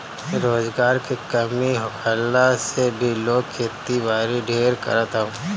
रोजगार के कमी होखला से भी लोग खेती बारी ढेर करत हअ